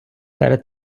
перед